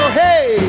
hey